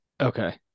okay